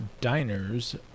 diners